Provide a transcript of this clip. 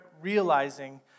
realizing